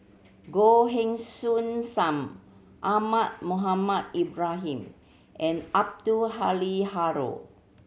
Goh Heng Soon Sam Ahmad Mohamed Ibrahim and Abdul Halim Haron